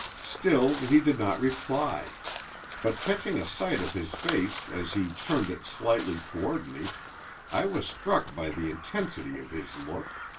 still he did not reply but catching a sight of his face as he turned it slightly toward me i was struck by the intensity of his look.